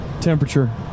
temperature